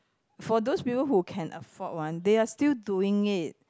for those people who can afford one they are still doing it